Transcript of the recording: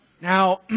Now